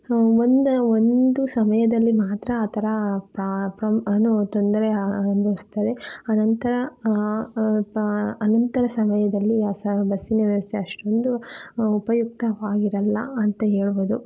ಒಂದು ಒಂದು ಸಮಯದಲ್ಲಿ ಮಾತ್ರ ಆ ಥರ ಪ್ರಾ ಅನು ತೊಂದರೆ ಅನ್ಭವಿಸ್ತಾರೆ ಅನಂತರ ಅನಂತರ ಸಮಯದಲ್ಲಿ ಬಸ್ಸಿನ ವ್ಯವಸ್ಥೆ ಅಷ್ಟೊಂದು ಉಪಯುಕ್ತವಾಗಿರಲ್ಲ ಅಂತ ಹೇಳ್ಬೋದು